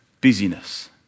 busyness